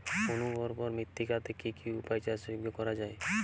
অনুর্বর মৃত্তিকাকে কি কি উপায়ে চাষযোগ্য করা যায়?